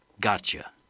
Gotcha